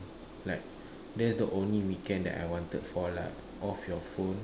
like that is the only weekend that I wanted for lah like off your phone